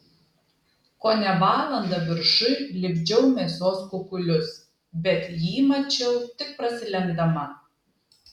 kone valandą viršuj lipdžiau mėsos kukulius bet jį mačiau tik prasilenkdama